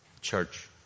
Church